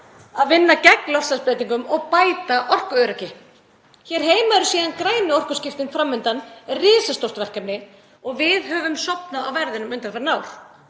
að vinna gegn loftslagsbreytingum og bæta orkuöryggi. Hér heima eru síðan grænu orkuskiptin fram undan, risastórt verkefni, og við höfum sofnað á verðinum undanfarin ár.